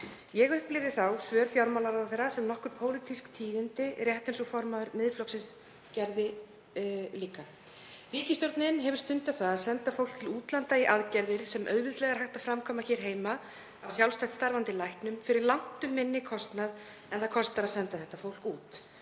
Ég upplifði þá svör fjármálaráðherra sem nokkur pólitísk tíðindi, rétt eins og formaður Miðflokksins gerði. Ríkisstjórnin hefur stundað það að senda fólk til útlanda í aðgerðir sem auðveldlega er hægt að framkvæma hér heima af sjálfstætt starfandi læknum fyrir langtum minna en kostar að senda þetta fólk út.